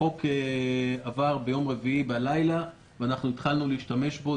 החוק עבר ביום רביעי בלילה והתחלנו להשתמש בו.